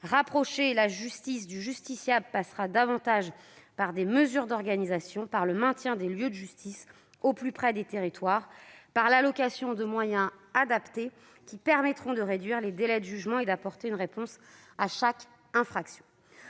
rapprocher la justice du justiciable passera davantage par des mesures d'organisation, par le maintien des lieux de justice au plus près des territoires et par l'allocation de moyens adaptés qui permettront de réduire les délais de jugement et d'apporter une réponse à chaque infraction.